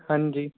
ਹਾਂਜੀ